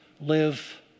live